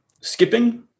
skipping